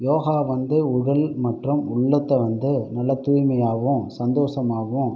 யோகா வந்து உடல் மற்றும் உள்ளத்தை வந்து நல்ல தூய்மையாகவும் சந்தோஷமாவும்